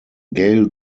gale